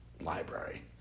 library